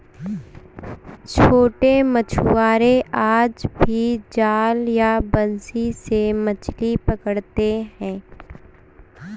छोटे मछुआरे आज भी जाल या बंसी से मछली पकड़ते हैं